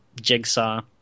Jigsaw